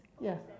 Yes